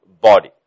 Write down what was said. body